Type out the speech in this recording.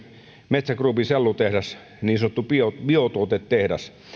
metsä groupin sellutehdas niin sanottu biotuotetehdas